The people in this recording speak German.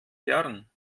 jahren